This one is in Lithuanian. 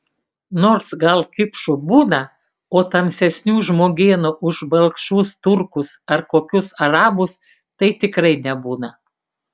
nors gal kipšų būna o tamsesnių žmogėnų už balkšvus turkus ar kokius arabus tai tikrai nebūna